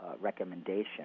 recommendation